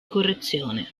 correzione